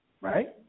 right